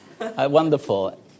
Wonderful